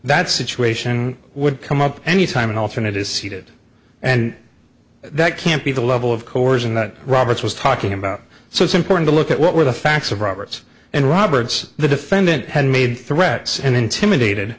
that situation would come up any time an alternate is seated and that can't be the level of coercion that roberts was talking about so it's important to look at what were the facts of roberts and roberts the defendant had made threats and intimidated